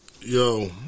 Yo